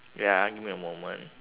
wait ah give me a moment